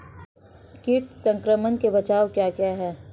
कीट संक्रमण के बचाव क्या क्या हैं?